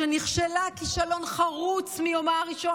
שנכשלה כישלון חרוץ מיומה הראשון,